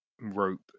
rope